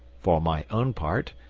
for my own part,